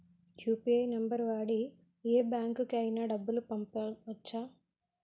UPI number వాడి యే బ్యాంకుకి అయినా డబ్బులు పంపవచ్చ్చా?